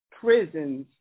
prisons